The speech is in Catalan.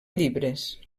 llibres